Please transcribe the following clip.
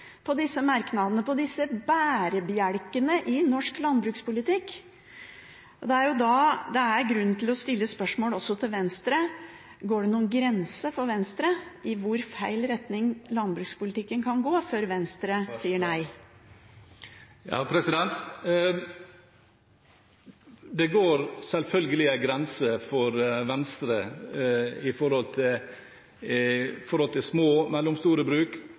på merknadene om disse bærebjelkene i norsk landbrukspolitikk. Det er da det er grunn til å stille spørsmål også til Venstre: Går det noen grense for Venstre i hvor feil retning landbrukspolitikken kan gå før Venstre sier nei? Det går selvfølgelig en grense for Venstre med tanke på små og mellomstore bruk